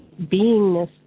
beingness